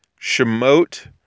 Shemot